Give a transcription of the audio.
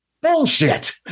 bullshit